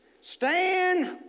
stand